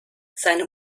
seine